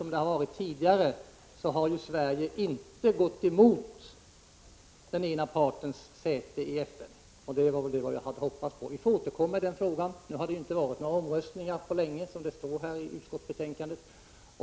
Som det tidigare varit har ju Sverige inte gått emot att den ena parten haft säte i FN. Vi hade hoppats att man nu skulle göra det, och vi får återkomma till frågan. Det har inte varit några omröstningar om saken i FN på länge, som det står iutskottsbetänkandet.